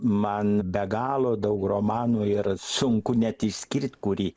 man be galo daug romanų ir sunku net išskirt kurį